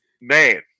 man